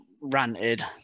ranted